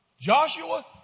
Joshua